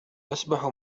أسبح